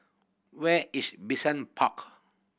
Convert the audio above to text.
where is Bishan Park